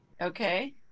Okay